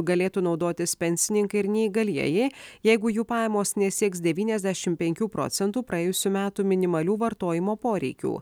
galėtų naudotis pensininkai ir neįgalieji jeigu jų pajamos nesieks devyniasdešimt penkių procentų praėjusių metų minimalių vartojimo poreikių